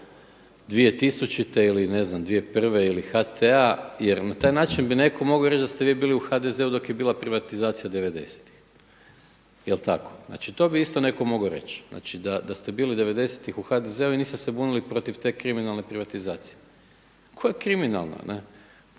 2000. ili 2001. ili HT-a jer na taj način bi netko mogao reći da ste vi bili u HDZ-u dok je bila privatizacija devedesetih, je li tako. Znači, to bi isto netko mogao reći znači da ste bili devedesetih u HDZ-u i niste se bunili protiv te kriminalne privatizacije koja je kriminalna,